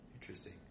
Interesting